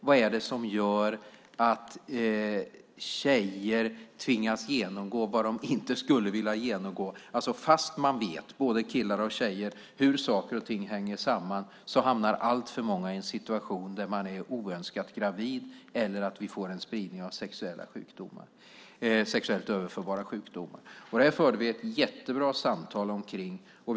Vad är det som gör att tjejer tvingas genomgå vad de inte skulle vilja genomgå? Fastän både killar och tjejer vet hur saker och ting hänger samman hamnar alltför många i en situation där man är oönskat gravid eller där man får en spridning av sexuellt överförbara sjukdomar. Vi förde ett jättebra samtal om detta.